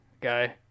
guy